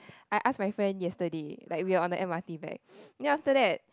I ask my friend yesterday like we were on the m_r_t back then after that